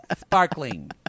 sparkling